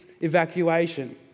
evacuation